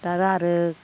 दा आरो